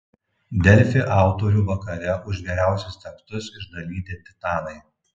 delfi autorių vakare už geriausius tekstus išdalyti titanai